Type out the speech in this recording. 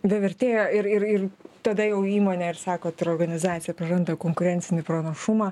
be vertėjo ir ir ir tada jau įmonė ir sakot ir organizacija praranda konkurencinį pranašumą